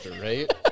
right